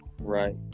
Right